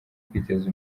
kwiteza